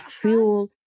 fuel